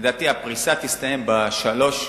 לדעתי הפריסה תסתיים בשלוש,